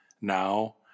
now